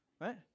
Right